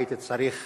הייתי צריך